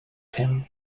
him